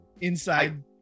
inside